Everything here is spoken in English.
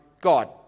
God